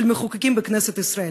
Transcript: של המחוקקים בכנסת ישראל.